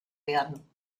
werden